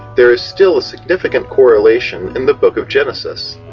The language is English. there is still a significant correlation in the book of genesis.